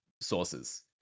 sources